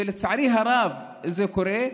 ולצערי הרב זה קורה,